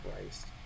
Christ